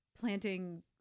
planting